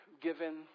given